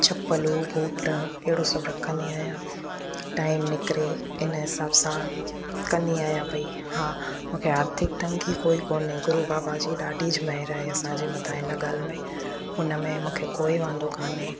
चप्पलू boot अहिड़ो सभु रखंदी आहियां टाइम निकिरे हिन हिसाबु सां कंदी आहियां भई हा मूंखे आर्थिक तंगी कोई कोने गुरू बाबा जी ॾाढीज महिर आहे असांजे मथां हिन ॻाल्हि में हुन में मूंखे कोई वांदो कान्हे